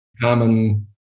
common